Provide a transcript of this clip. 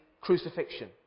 crucifixion